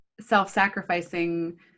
self-sacrificing